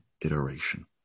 iteration